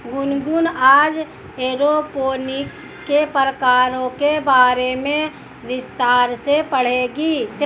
गुनगुन आज एरोपोनिक्स के प्रकारों के बारे में विस्तार से पढ़ेगी